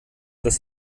dass